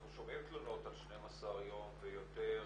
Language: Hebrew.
אנחנו שומעים תלונות על 12 יום ויותר,